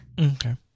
Okay